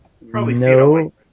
No